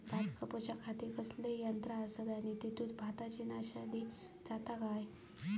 भात कापूच्या खाती कसले यांत्रा आसत आणि तेतुत भाताची नाशादी जाता काय?